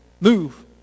move